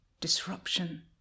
disruption